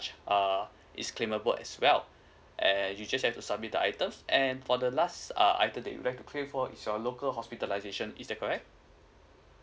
uh is claimable as well eh you just have to submit the items and for the last uh item that you like to claim for is your local hospitalization is that correct